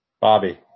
Bobby